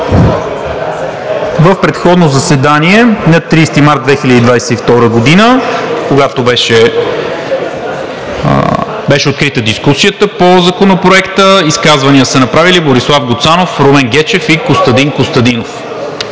В предходно заседание на 30 март 2022 г., когато беше открита дискусията по Законопроекта, изказвания са направили Борислав Гуцанов, Румен Гечев и Костадин Костадинов.